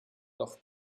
doch